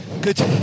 good